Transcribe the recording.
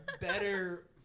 better